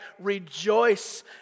rejoice